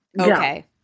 Okay